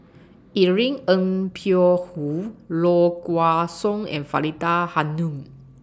Irene Ng Phek Hoong Low Kway Song and Faridah Hanum